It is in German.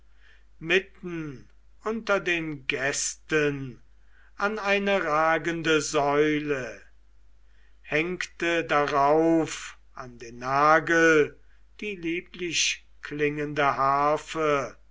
mitten unter den gästen an eine ragende säule hängte darauf an den nagel die lieblichklingende harfe